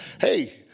hey